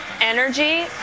energy